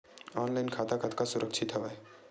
Online खाता कतका सुरक्षित हवय?